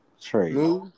trade